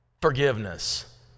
Forgiveness